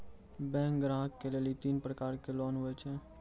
Bank ग्राहक के लेली तीन प्रकर के लोन हुए छै?